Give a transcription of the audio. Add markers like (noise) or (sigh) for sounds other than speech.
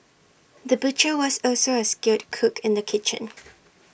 the butcher was also A skilled cook in the kitchen (noise)